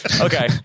okay